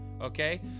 Okay